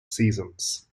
seasons